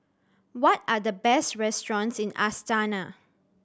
what are the best restaurants in Astana